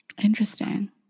Interesting